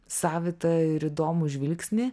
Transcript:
savitą ir įdomų žvilgsnį